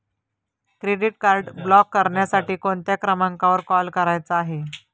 Credit card block करण्यासाठी कोणत्या क्रमांकावर कॉल करायचा आहे?